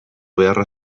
beharra